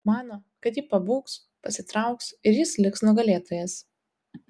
mano kad ji pabūgs pasitrauks ir jis liks nugalėtojas